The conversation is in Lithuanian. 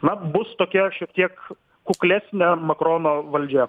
na bus tokia šiek tiek kuklesnė makrono valdžia